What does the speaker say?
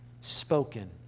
spoken